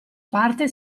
parte